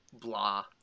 blah